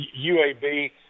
UAB